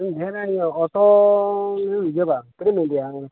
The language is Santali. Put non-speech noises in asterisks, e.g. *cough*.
ᱦᱮᱸ ᱚᱴᱳ *unintelligible* ᱛᱤᱱᱟᱹᱜ ᱵᱮᱱ ᱤᱫᱤᱭᱟ *unintelligible*